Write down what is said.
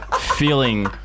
feeling